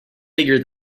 bigger